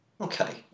Okay